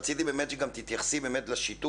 רציתי באמת שגם תתייחסי לשיתוף,